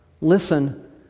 Listen